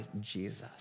Jesus